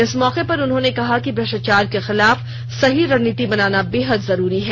इस मौके पर उन्होंने कहा कि भ्रष्टाचार के खिलाफ सही रणनीति बनाना बेहद जरूरी है